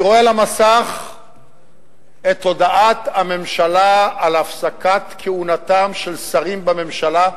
אני רואה על המסך את הודעת הממשלה על הפסקת כהונתם של שרים בממשלה,